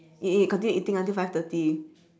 eat eat continue eating until five thirty